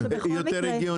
זה יותר הגיוני.